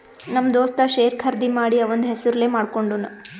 ನಮ್ ದೋಸ್ತ ಶೇರ್ ಖರ್ದಿ ಮಾಡಿ ಅವಂದ್ ಹೆಸುರ್ಲೇ ಮಾಡ್ಕೊಂಡುನ್